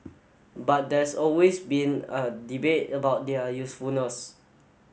but there's always been a debate about their usefulness